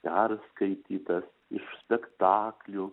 perskaitytas iš spektaklių